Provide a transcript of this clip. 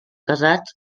casats